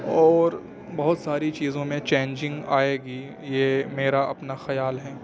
اور بہت ساری چیزوں میں چینجنگ آئے گی یہ میرا اپنا خیال ہے